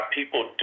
people